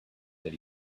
that